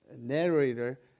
narrator